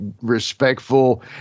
respectful